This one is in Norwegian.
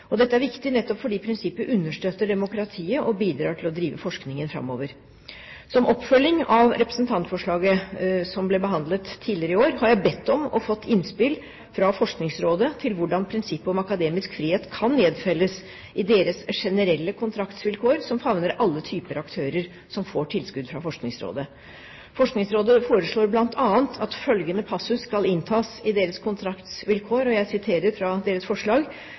og høyskoler. Dette er viktig, nettopp fordi prinsippet understøtter demokratiet og bidrar til å drive forskningen framover. Som en oppfølging av representantforslaget, som ble behandlet tidligere i år, har jeg bedt om og fått innspill fra Forskningsrådet til hvordan prinsippet om akademisk frihet kan nedfelles i deres generelle kontraktsvilkår, som favner alle typer aktører som får tilskudd fra Forskningsrådet. Forskningsrådet foreslår bl.a. at følgende passus skal inntas i deres kontraktsvilkår – og jeg siterer fra deres forslag: